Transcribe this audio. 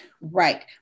Right